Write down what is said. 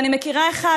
ואני מכירה אחד,